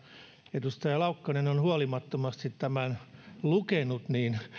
edustaja laukkanen on lukenut tämän huolimattomasti niin